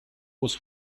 was